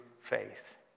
faith